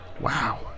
Wow